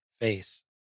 face